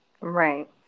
Right